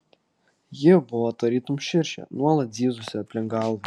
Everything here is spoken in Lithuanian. ji buvo tarytum širšė nuolat zyzusi aplink galvą